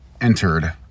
entered